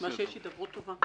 נשמע שיש הידברות טובה.